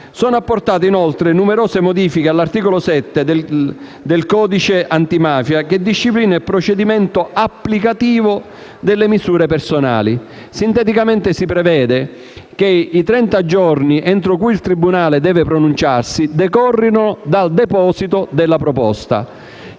Sono apportate, inoltre, numerose modifiche all'articolo 7 del codice antimafia che disciplina il procedimento applicativo delle misure personali. Sinteticamente, si prevede: che i trenta giorni entro cui il tribunale deve pronunciarsi decorrono dal deposito della proposta;